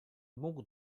mógł